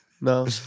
No